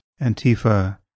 Antifa